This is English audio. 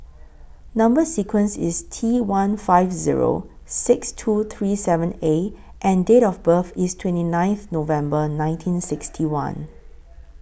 Number sequence IS T one five Zero six two three seven A and Date of birth IS twenty ninth November nineteen sixty one